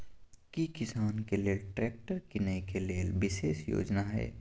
की किसान के लेल ट्रैक्टर कीनय के लेल विशेष योजना हय?